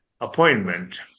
appointment